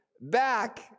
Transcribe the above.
Back